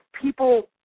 People